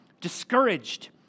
discouraged